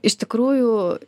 iš tikrųjų